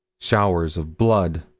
showers of blood.